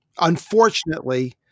Unfortunately